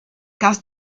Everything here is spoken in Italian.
cast